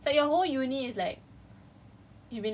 just don't think I'll be able so sad